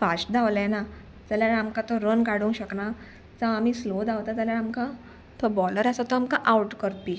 fast धांवलें ना जाल्यार आमकां तो रन काडूंक शकना जावं आमी स्लो धांवता जाल्यार आमकां तो बॉलर आसा तो आमकां आवट करपी